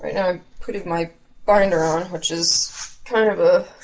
you know putting my binder on which is kind of of